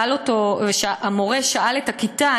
המורה שאל את הכיתה,